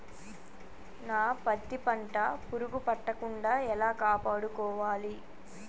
నా పత్తి పంట పురుగు పట్టకుండా ఎలా కాపాడుకోవాలి?